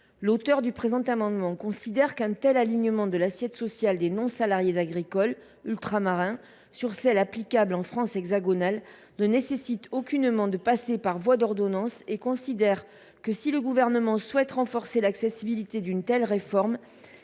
l’auteur du présent amendement considère que l’alignement de l’assiette sociale des non salariés agricoles (NSA) ultramarins sur celle applicable en France hexagonale ne nécessite aucunement de passer par voie d’ordonnances. Si le Gouvernement souhaite renforcer l’acceptabilité d’une telle réforme,